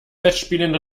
festspielen